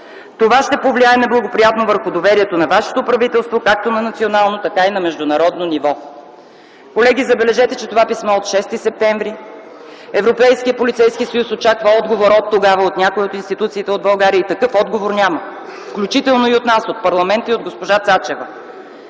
Това ще повлияе неблагоприятно върху доверието на вашето правителство както на национално, така и на международно ниво.” Колеги, забележете, че това писмо е от 6 септември. Оттогава Европейският полицейски съюз очаква отговор от някоя от институциите в България и такъв отговор няма, включително и от нас – от парламента и от госпожа Цачева.